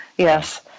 Yes